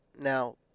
now